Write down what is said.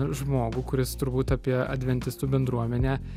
žmogų kuris turbūt apie adventistų bendruomenę